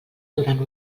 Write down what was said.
durant